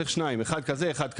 צריך שניים אחד כזה ואחד כזה.